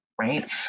right